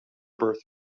birth